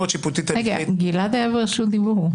גלעד היה ברשות דיבור.